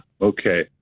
okay